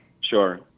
Sure